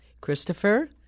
Christopher